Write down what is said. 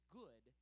good